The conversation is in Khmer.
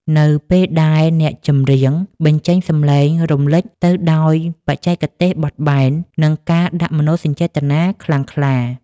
នៅពេលដែលអ្នកចម្រៀងបញ្ចេញសម្លេងរំលេចទៅដោយបច្ចេកទេសបត់បែន និងការដាក់មនោសញ្ចេតនាខ្លាំងក្លា